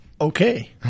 Okay